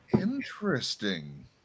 Interesting